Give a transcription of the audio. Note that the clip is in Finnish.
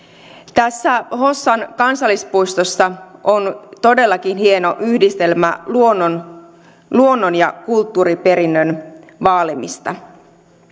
tässä hossan kansallispuistossa on todellakin hieno yhdistelmä luonnon luonnon ja kulttuuriperinnön vaalimista